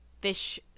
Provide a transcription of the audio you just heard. fish